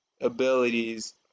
abilities